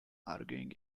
arguing